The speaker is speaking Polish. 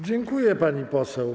Dziękuję, pani poseł.